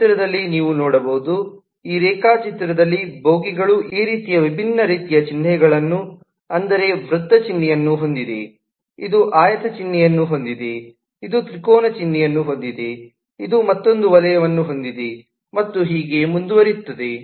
ಈ ಚಿತ್ರದಲ್ಲಿ ನೀವು ನೋಡಬಹುದು ಈ ರೇಖಾಚಿತ್ರದಲ್ಲಿ ಬೋಗಿಗಳು ಈ ರೀತಿಯ ವಿಭಿನ್ನ ರೀತಿಯ ಚಿಹ್ನೆಗಳನ್ನುಅಂದರೆ ವೃತ್ತ ಚಿಹ್ನೆಯನ್ನು ಹೊಂದಿವೆ ಇದು ಆಯತ ಚಿಹ್ನೆಯನ್ನು ಹೊಂದಿದೆ ಇದು ತ್ರಿಕೋನ ಚಿಹ್ನೆಯನ್ನು ಹೊಂದಿದೆ ಇದು ಮತ್ತೊಂದು ವಲಯವನ್ನು ಹೊಂದಿದೆ ಮತ್ತು ಹೀಗೆಯೇ ಮುಂದುವರಿಯುತ್ತದೆ